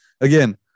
again